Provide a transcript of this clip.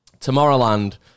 Tomorrowland